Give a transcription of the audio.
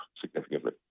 significantly